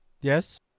Yes